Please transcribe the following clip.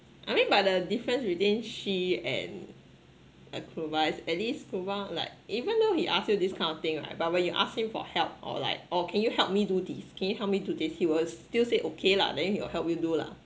I mean but the difference within she and uh cuba at least cuba like even though he ask you this kind of thing right but when you ask him for help or like oh can you help me do these can you help me do this he will still say okay lah then he'll help you do lah